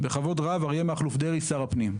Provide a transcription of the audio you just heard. בכבוד רב, אריה מכלוף דרעי, שר הפנים.